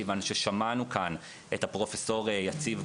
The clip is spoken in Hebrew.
כיוון ששמענו כאן את הפרופ' יציב,